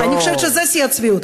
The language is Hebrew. אני חושבת שזה שיא הצביעות.